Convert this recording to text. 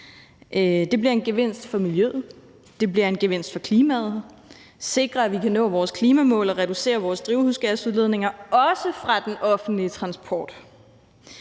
Det bliver en gevinst for miljøet, det bliver en gevinst for klimaet – sikrer, at vi kan nå vores klimamål og reducere vores drivhusgasudledninger også fra den offentlige transport.